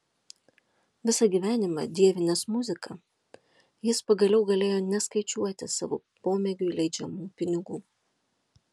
visą gyvenimą dievinęs muziką jis pagaliau galėjo neskaičiuoti savo pomėgiui leidžiamų pinigų